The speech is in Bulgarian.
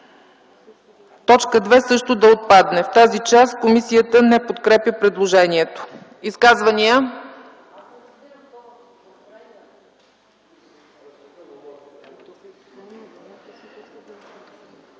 9, т. 2 също да отпадне. В тази част комисията не подкрепя предложението. Изказвания?